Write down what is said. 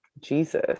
Jesus